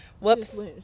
Whoops